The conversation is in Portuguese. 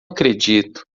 acredito